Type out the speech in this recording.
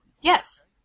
Yes